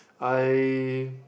I